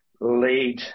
lead